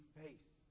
face